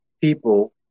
People